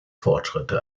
fortschritte